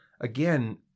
Again